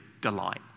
delight